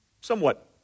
somewhat